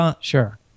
Sure